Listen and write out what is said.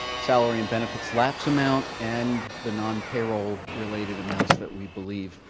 salary and benefits lapse amount and the non payroll related amounts that we believe